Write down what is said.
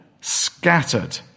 scattered